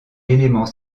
élément